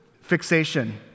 fixation